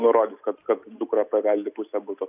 nurodyt kad kad dukra paveldi pusę buto